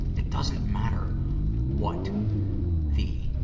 it doesn't matter what the,